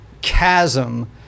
chasm